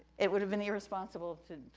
it would have been irresponsible to